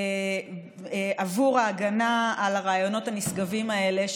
עבור ההגנה על הרעיונות הנשגבים האלה,